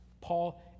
Paul